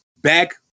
back